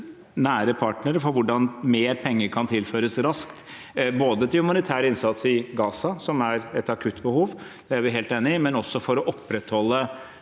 nære partnere med hvordan mer penger kan tilføres raskt, både til humanitær innsats i Gaza, som er et akutt behov, det er vi helt enig i, og også for å opprettholde